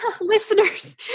Listeners